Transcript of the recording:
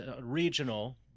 regional